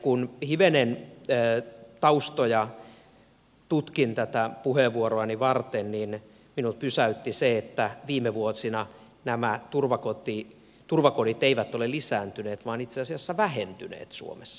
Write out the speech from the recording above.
kun hivenen taustoja tutkin tätä puheenvuoroani varten niin minut pysäytti se että viime vuosina nämä turvakodit eivät ole lisääntyneet vaan itse asiassa vähentyneet suomessa